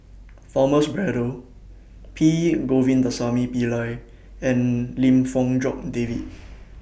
Braddell P Govindasamy Pillai and Lim Fong Jock David